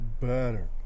better